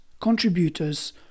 contributors